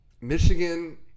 Michigan